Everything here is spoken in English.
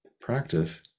practice